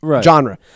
genre